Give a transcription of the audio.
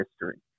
history